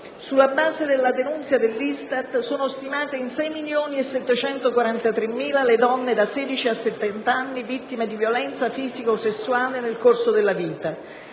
Sulla base della denunzia dell'ISTAT, sono stimate in 6.743.000 le donne da 16 a 70 anni vittime di violenza fisico-sessuale nel corso della vita.